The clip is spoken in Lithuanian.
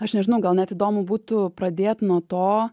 aš nežinau gal net įdomu būtų pradėt nuo to